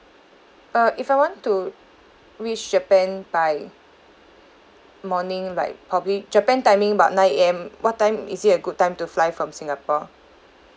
uh if I want to reach japan by morning like probably japan timing about nine A_M what time is it a good time to fly from singapore